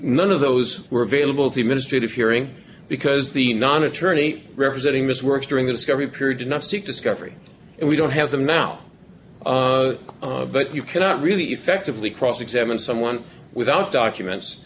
none of those were available to mistreat of hearing because the non attorney representing miss works during the discovery period did not seek discovery and we don't have them now but you cannot really effectively cross examine someone without documents